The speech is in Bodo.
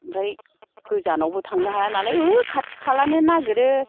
ओमफ्राय गोजानावबो थांनो हायानालाय खाथि खालानो नागिरो